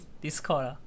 Discord